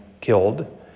killed